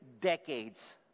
decades